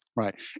Right